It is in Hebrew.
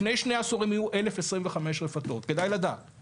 לפני שני עשורים היו 1,025 רפתות בהתיישבות,